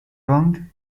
wronged